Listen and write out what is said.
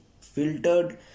filtered